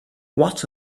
what